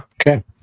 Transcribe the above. Okay